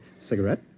Cigarette